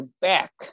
back